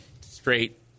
straight